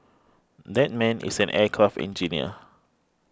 that man is an aircraft engineer